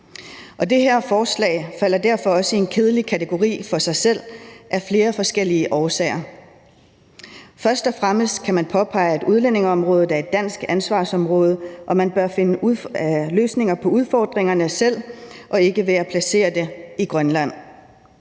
Det her forslag falder derfor også i en kedelig kategori for sig selv af flere forskellige årsager. Først og fremmest kan man påpege, at udlændingeområdet er et dansk ansvarsområde, og at man bør finde løsninger på udfordringerne selv og ikke ved at placere et center i Grønland.